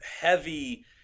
heavy